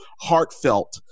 heartfelt